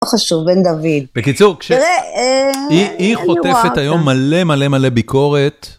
לא חשוב, בן דוד. בקיצור, תראה, היא חוטפת היום מלא מלא מלא ביקורת.